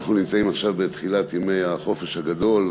אנחנו נמצאים עכשיו בימי תחילת החופש הגדול,